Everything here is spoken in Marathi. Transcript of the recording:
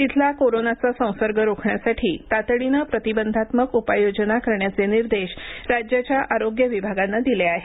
तिथला कोरोनाचा संसर्ग रोखण्यासाठी तातडीनं प्रतिबंधात्मक उपाययोजना करण्याचे निर्देश राज्याच्या आरोग्य विभागानं दिले आहेत